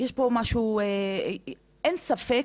יש שם משהו --- אין ספק,